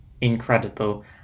incredible